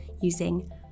using